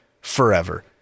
forever